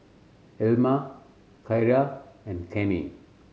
Elma Ciera and Kenney